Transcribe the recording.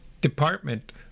Department